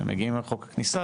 הם מגיעים על חוק הכניסה,